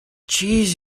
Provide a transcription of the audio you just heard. jeez